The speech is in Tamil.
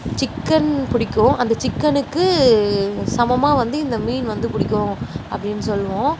சிக்கன் பிடிக்கும் அந்த சிக்கனுக்கு சமமாக வந்து இந்த மீன் வந்து பிடிக்கும் அப்படின் சொல்லுவோம்